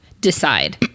decide